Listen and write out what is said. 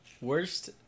Worst